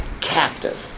captive